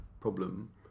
problem